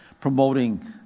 promoting